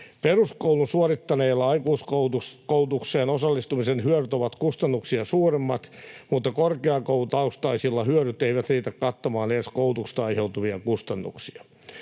Peruskoulun suorittaneilla aikuiskoulutukseen osallistumisen hyödyt ovat kustannuksia suuremmat, mutta korkeakoulutaustaisilla hyödyt eivät riitä kattamaan edes koulutuksesta aiheutuvia kustannuksia.